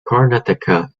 karnataka